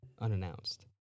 unannounced